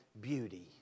beauty